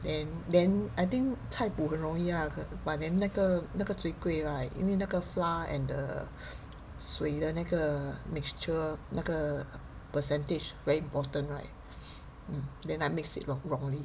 and then I think 菜谱很容易 ah but then 那个那个 chwee kweh right 因为那个 flour and the 水的那个 mixture 那个 percentage very important right then I mix it wro~ wrongly